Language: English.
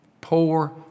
poor